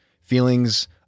feelings